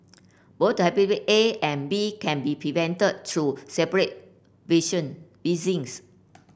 both A and B can be prevented through separate vision